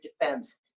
Defense